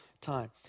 time